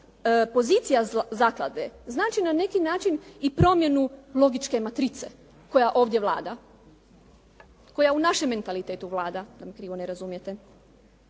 pozicija zaklade znači na neki način i promjenu logičke matrice koja ovdje vlada, koja u našem mentalitetu vlada da me krivo ne razumijete.